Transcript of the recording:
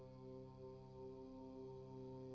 so